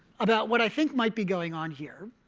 about what i think might be going on here.